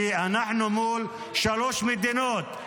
כי אנחנו מול שלוש מדינות: